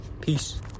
Peace